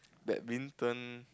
badminton